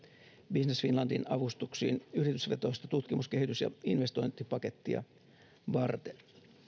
business finlandin avustuksiin yritysvetoista tutkimus kehitys ja investointipakettia varten